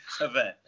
event